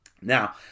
Now